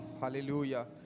hallelujah